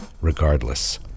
Regardless